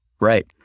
Right